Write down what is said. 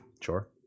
Sure